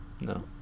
No